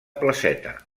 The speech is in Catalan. placeta